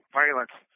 violence